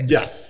Yes